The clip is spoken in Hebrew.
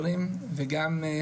אז למה צריך מלווה משם לכותל?